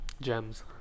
Gems